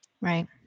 Right